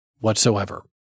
whatsoever